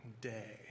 day